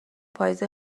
پاییز